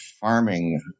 farming